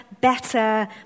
better